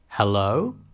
Hello